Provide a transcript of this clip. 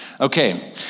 Okay